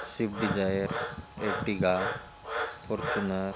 swift Dzire Ertiga Fortuner